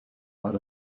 out